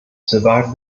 survived